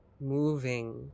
moving